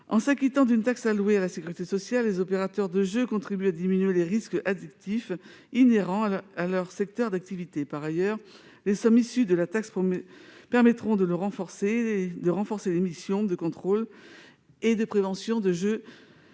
En s'acquittant d'une taxe allouée à la sécurité sociale, les opérateurs de jeu contribuent à diminuer les risques addictifs inhérents à leur secteur d'activité. Par ailleurs, les sommes issues de la taxe permettront de renforcer les missions de contrôle et de prévention du jeu